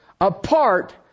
apart